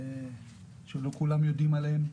שלא כולם יודעים עליהן.